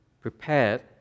prepared